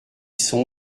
sont